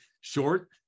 short